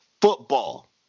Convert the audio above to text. football